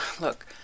look